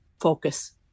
focus